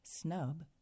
snub